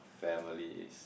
family is